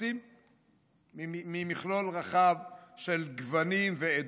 מרצים ממכלול רחב של גוונים ועדות.